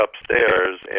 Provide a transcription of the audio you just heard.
upstairs